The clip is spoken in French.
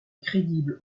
crédible